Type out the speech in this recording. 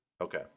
Okay